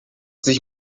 sich